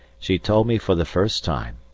she told me for the first time,